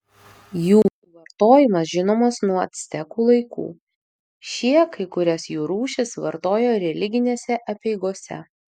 jų vartojimas žinomas nuo actekų laikų šie kai kurias jų rūšis vartojo religinėse apeigose